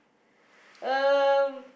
um